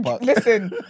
Listen